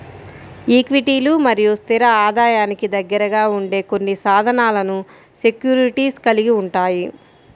ఈక్విటీలు మరియు స్థిర ఆదాయానికి దగ్గరగా ఉండే కొన్ని సాధనాలను సెక్యూరిటీస్ కలిగి ఉంటాయి